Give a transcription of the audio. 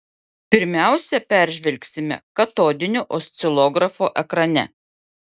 pirmiausia peržvelgsime katodinio oscilografo ekrane